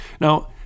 Now